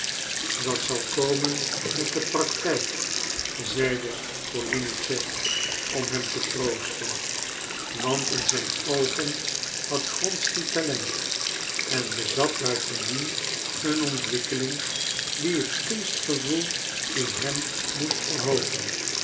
dat zal komen met de praktijk zeide golinitschef om hem te troosten want in zijn oogen had wronsky talent en bezat buitendien een ontwikkeling die het kunstgevoel in hem moest verhoogen